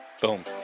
Boom